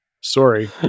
Sorry